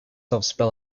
yourself